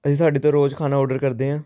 ਅਸੀਂ ਤੁਹਾਡੇ ਤੋਂ ਰੋਜ਼ ਖਾਣਾ ਔਡਰ ਕਰਦੇ ਹਾਂ